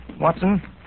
Watson